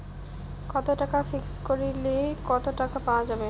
কত টাকা ফিক্সড করিলে কত টাকা পাওয়া যাবে?